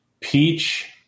peach